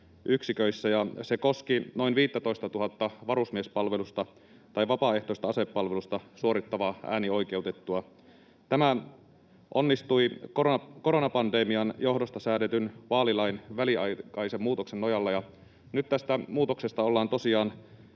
ja se koski noin 15 000:ta varusmiespalvelusta tai vapaaehtoista asepalvelusta suorittavaa äänioikeutettua. Tämä onnistui koronapandemian johdosta säädetyn vaalilain väliaikaisen muutoksen nojalla, ja nyt tästä muutoksesta ollaan tosiaan